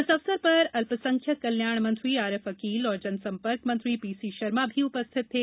इस अवसर पर अल्पसंख्यक कल्याण मंत्री आरिफ अकील और जनसंपर्क मंत्री पी सी शर्मा भी उपस्थित थे